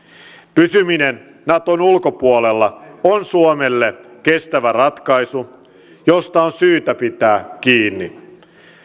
pysyminen naton ulkopuolella on suomelle kestävä ratkaisu josta on syytä pitää kiinni